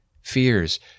fears